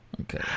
Okay